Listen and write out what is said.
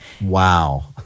Wow